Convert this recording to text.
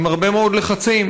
עם הרבה מאוד לחצים,